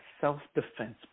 self-defense